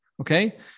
Okay